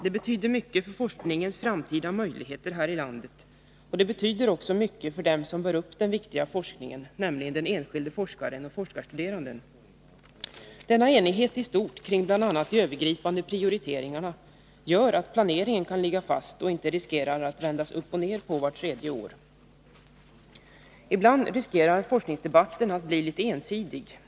Den betyder mycket för forskningens framtida möjligheter här i landet, och den betyder också mycket för dem som bär upp den viktiga forskningen, nämligen den enskilde forskaren och forskarstuderanden. Denna enighet i stort kring bl.a. de övergripande prioriteringarna gör att planeringen kan ligga fast och inte riskerar att vändas upp och ner på vart tredje år. Ibland riskerar forskningsdebatten att bli litet ensidig.